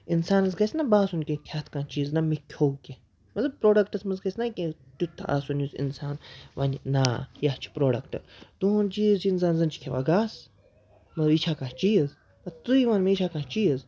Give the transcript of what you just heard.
اِنسانَس گژھِ نہ باسُن کہِ کھٮ۪تھ کانٛہہ چیٖز نہ مےٚ کھیوٚ کینٛہہ مطلب پرٛوڈَکٹَس منٛز گژھِ نہ کینٛہہ تیُتھ آسُن یُس اِنسان وَنہِ نا یہِ ہہ چھِ پرٛوڈَکٹہٕ تُہُنٛد چیٖز چھِ اِنسان زَنہٕ چھِ کھٮ۪وان گاسہٕ مگر یہِ چھا کانٛہہ چیٖز اَدٕ ژٕے وَن مےٚ یہِ چھا کانٛہہ چیٖز